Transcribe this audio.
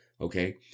Okay